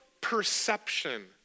perception